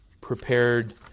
prepared